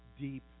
deep